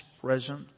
present